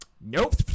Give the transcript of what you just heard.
nope